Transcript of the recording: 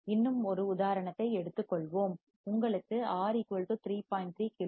இன்னும் ஒரு உதாரணத்தை எடுத்துக் கொள்வோம் உங்களுக்கு R 3